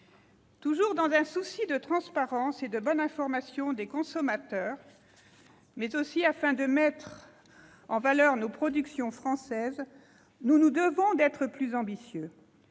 Toujours dans un souci de transparence et de bonne information des consommateurs, mais aussi afin de mettre en valeur nos productions françaises, nous nous devons d'être plus ambitieux